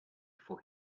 for